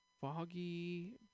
Foggy